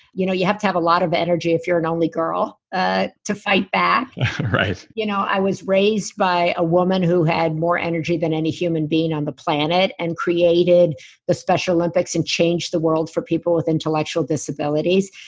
you know, you have to have a lot of energy if you're an only girl, ah to fight back right you know, i was raised by a woman who had more energy than any human being on the planet, and created the special olympics and changed the world for people with intellectual disabilities.